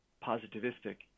positivistic